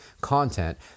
content